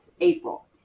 april